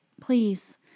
Please